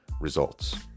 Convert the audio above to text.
results